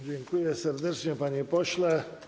Dziękuję serdecznie, panie pośle.